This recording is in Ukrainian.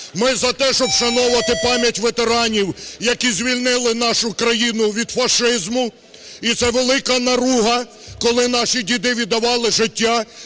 Ми за те, щоб вшановувати пам'ять ветеранів, які звільнили нашу країну від фашизму, і це велика наруга, коли наші діди віддавали життя,